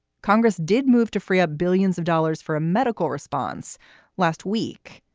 congress did move to free up billions of dollars for a medical response last week,